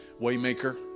Waymaker